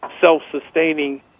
self-sustaining